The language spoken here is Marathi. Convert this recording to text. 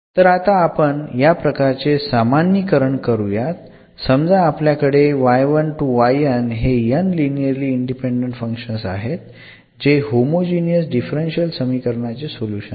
तर आता आपण या प्रकारचे सामान्यीकरण करूयात समजा आपल्याकडे हे n लिनिअरली इंडिपेंडंट फंक्शन्स आहेत जे होमोजिनियस डिफरन्शियल समीकरणाचे सोल्युशन आहे